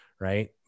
right